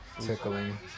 Tickling